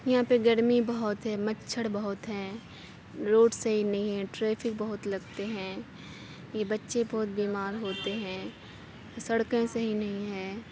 یہاں پہ گرمی بہت ہے مچھر بہت ہیں روڈ صحیح نہیں ہے ٹریفک بہت لگتے ہیں یہ بچے بہت بیمار ہوتے ہیں سڑکیں صحیح نہیں ہیں